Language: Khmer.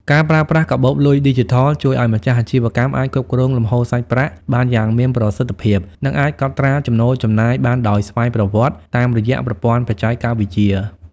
ការប្រើប្រាស់កាបូបលុយឌីជីថលជួយឱ្យម្ចាស់អាជីវកម្មអាចគ្រប់គ្រងលំហូរសាច់ប្រាក់បានយ៉ាងមានប្រសិទ្ធភាព និងអាចកត់ត្រាចំណូលចំណាយបានដោយស្វ័យប្រវត្តិតាមរយៈប្រព័ន្ធបច្ចេកវិទ្យា។